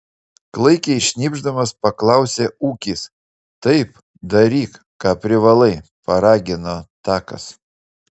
klaikiai šnypšdamas paklausė ūkis taip daryk ką privalai paragino takas